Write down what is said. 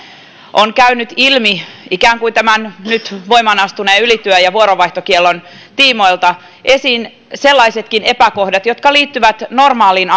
ovat käyneet ilmi ikään kuin tämän nyt voimaan astuneen ylityö ja vuoronvaihtokiellon tiimoilta sellaisetkin epäkohdat jotka liittyvät normaaliin